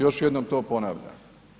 Još jednom to ponavljam.